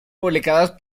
publicadas